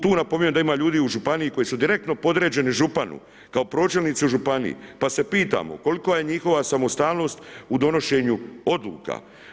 Tu napominjem da ima ljudi u županiji koji su direktno podređeni županu kao pročelnici županiji pa se pitamo kolika je njihova samostalnost u donošenju odluka?